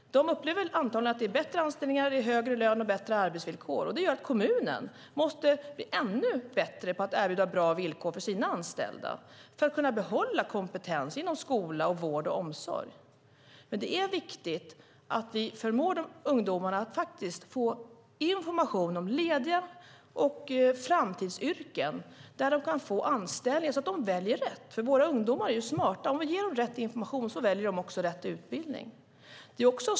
De upplever antagligen att det är bättre anställningar med högre lön och bättre arbetsvillkor. Det gör att kommunen måste bli ännu bättre på att erbjuda bra villkor för sina anställda för att kunna behålla kompetens inom skola, vård och omsorg. Det är viktigt att vi ger ungdomarna information om lediga yrken och framtidsyrken där de kan få anställning, så att de väljer rätt. Våra ungdomar är smarta. Om vi ger dem rätt information väljer de också rätt utbildning.